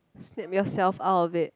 snap yourself out of it